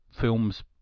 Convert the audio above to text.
films